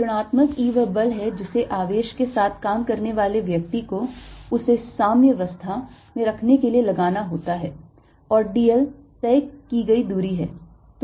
तो ऋणात्मक E वह बल है जिसे आवेश के साथ काम करने वाले व्यक्ति को उसे साम्यवस्था में रखने के लिए लगाना होता है और dl तय की गयी दूरी है